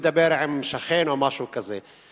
מדבר עם שכן או משהו כזה.